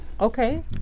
Okay